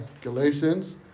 Galatians